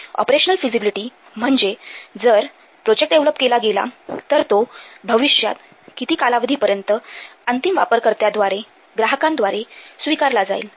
operational feasibility म्हणजे जर project develop केला गेला तर तो भविष्यात किती कालावधी पर्यंत अंतिम वापरकर्त्यांद्वारे ग्राहकांद्वारे स्वीकारला जाईल